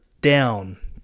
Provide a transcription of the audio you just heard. down